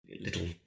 little